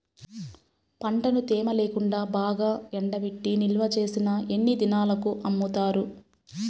పంటను తేమ లేకుండా బాగా ఎండబెట్టి నిల్వచేసిన ఎన్ని దినాలకు అమ్ముతారు?